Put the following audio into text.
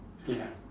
ya